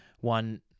one